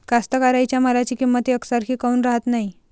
कास्तकाराइच्या मालाची किंमत यकसारखी काऊन राहत नाई?